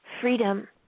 Freedom